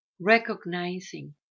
Recognizing